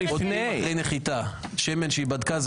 אחרי נחיתה היא בדקה שמן.